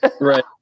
Right